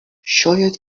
شاید